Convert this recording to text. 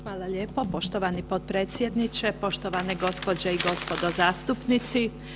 Hvala lijepo poštovani potpredsjedniče, poštovane gospođe i gospodo zastupnici.